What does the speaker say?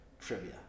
trivia